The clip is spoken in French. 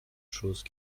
choses